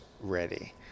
ready